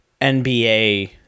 NBA